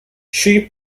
she